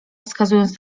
wskazując